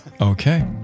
Okay